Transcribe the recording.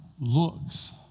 looks